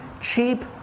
cheap